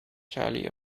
charlie